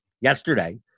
yesterday